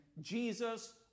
Jesus